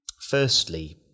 firstly